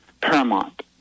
paramount